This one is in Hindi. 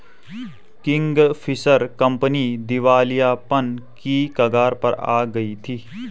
किंगफिशर कंपनी दिवालियापन की कगार पर आ गई थी